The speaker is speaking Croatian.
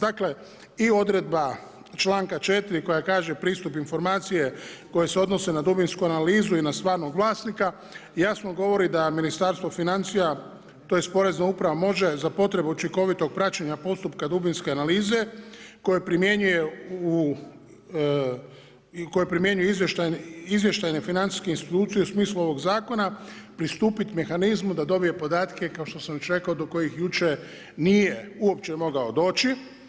Dakle i odredba članka 4. koja kaže pristup informacije koje se odnose na dubinsku analizu i na stvarnog vlasnika jasno govori da Ministarstvo financija, tj. porezna uprava može za potrebu učinkovitog praćenja postupka dubinske analize koje primjenjuju izvještajne financijske institucije u smislu ovog zakona pristupiti mehanizmu da dobije podatke kao što sam već rekao do kojih jučer nije uopće mogao doći.